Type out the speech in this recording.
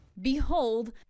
Behold